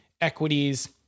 equities